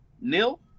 nil